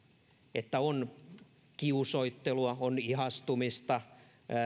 että on kiusoittelua on ihastumista